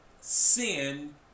sin